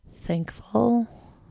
thankful